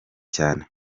cyane